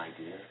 idea